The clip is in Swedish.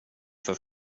för